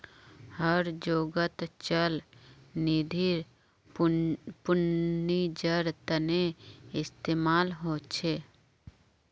हर जोगोत चल निधिर पुन्जिर तने इस्तेमाल होचे